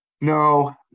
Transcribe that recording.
No